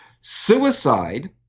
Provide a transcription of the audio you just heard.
Suicide